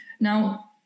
Now